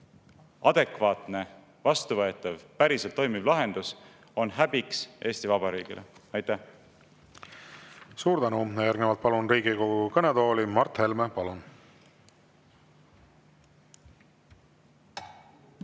adekvaatne, vastuvõetav, päriselt toimiv lahendus –, on häbiks Eesti Vabariigile. Aitäh! Suur tänu! Järgnevalt palun Riigikogu kõnetooli Mart Helme. Palun!